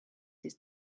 his